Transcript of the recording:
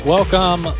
Welcome